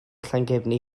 llangefni